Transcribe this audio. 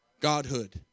Godhood